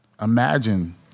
imagine